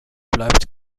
bleibt